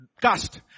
cast